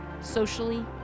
socially